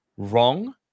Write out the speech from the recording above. wrong